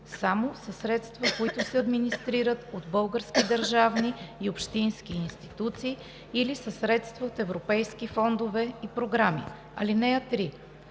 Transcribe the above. само със средства, които се администрират от български държавни и общински институции или със средства от европейски фондове и програми. (3)